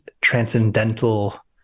transcendental